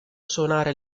suonare